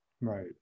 Right